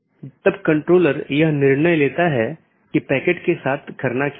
जैसा कि हमने पहले उल्लेख किया है कि विभिन्न प्रकार के BGP पैकेट हैं